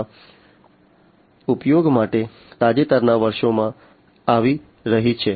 માં ઉપયોગ માટે તાજેતરના વર્ષોમાં આવી રહી છે